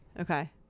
Okay